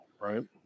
Right